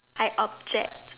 I object